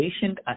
patient